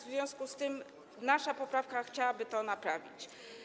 W związku z tym naszą poprawką chcielibyśmy to naprawić.